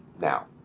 now